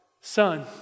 son